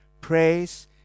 Praise